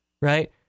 right